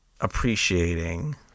appreciating